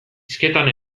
hizketan